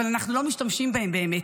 אבל אנחנו לא באמת משתמשים בהם.